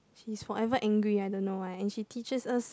she's forever angry I don't know why and she teaches us